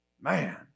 Man